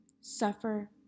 suffer